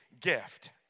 gift